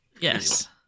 Yes